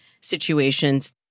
situations